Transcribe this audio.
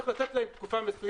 צריך לתת להם תקופה מסוימת,